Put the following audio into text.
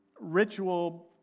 ritual